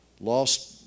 lost